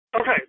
Okay